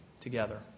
together